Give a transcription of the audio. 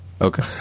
Okay